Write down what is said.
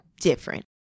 different